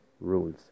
rules